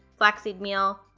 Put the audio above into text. flaxseed meal,